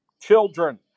children